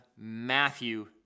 Matthew